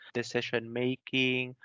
decision-making